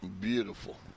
beautiful